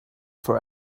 for